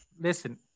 listen